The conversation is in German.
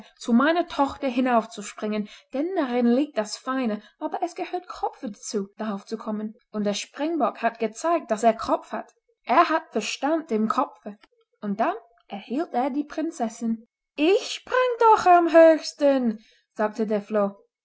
zu meiner tochter hinaufzuspringen denn darin liegt das feine aber es gehört kopf dazu darauf zu kommen und der springbock hat gezeigt daß er kopf hat er hat verstand im kopfe und dann erhielt er die prinzessin ich sprang doch am höchsten sagte der floh